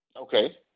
Okay